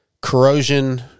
Corrosion